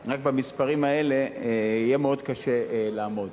רק במספרים האלה יהיה מאוד קשה לעמוד.